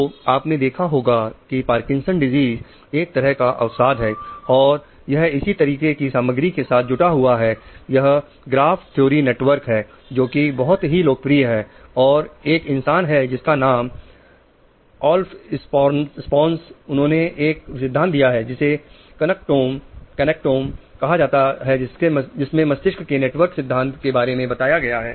तो आपने देखा होगा की पार्किंसन डिजीज कहां गया जिसमें मस्तिष्क के नेटवर्क सिद्धांत के बारे में बताया गया है